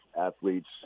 athletes